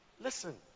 listen